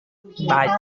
might